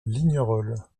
lignerolles